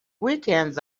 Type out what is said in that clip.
weekends